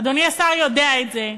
אדוני השר יודע את זה,